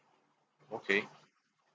okay